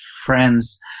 friends